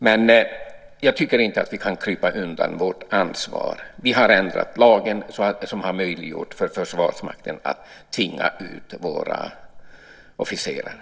Men jag tycker inte att vi kan krypa undan vårt ansvar. Vi har faktiskt ändrat lagen så att det blivit möjligt för Försvarsmakten att tvinga ut våra officerare.